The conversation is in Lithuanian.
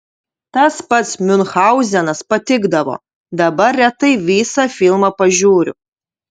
tas pats miunchauzenas patikdavo dabar retai visą filmą pažiūriu